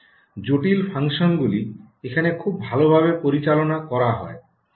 জটিল ফাংশনগুলি এখানে খুব ভালভাবে পরিচালনা করা যায়